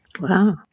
Wow